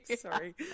Sorry